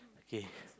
okay